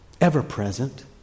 ever-present